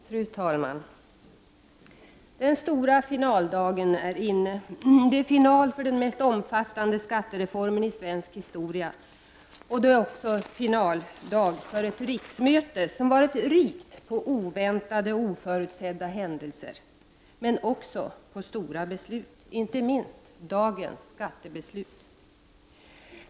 Fru talman! Den stora finaldagen är inne! Det är final för den mest omfattande skattereformen i svensk historia, och det är också finaldag för ett riksmöte som varit rikt på oväntade och oförutsedda händelser men också på stora beslut, inte minst dagens skattebeslut.